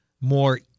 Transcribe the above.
more